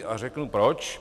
A řeknu proč.